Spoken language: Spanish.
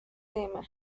tema